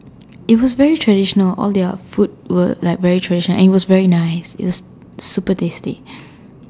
it was very traditional all their food were like very traditional and it was very nice is super tasty